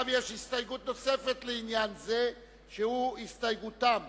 31 חברי כנסת תומכים בפואד אבל לעומת זאת 56 תומכים בליברמן.